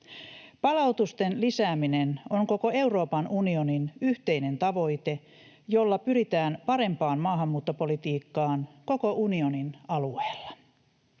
Palautusten lisääminen on koko Euroopan unionin yhteinen tavoite, jolla pyritään parempaan maahanmuuttopolitiikkaan koko unionin alueella.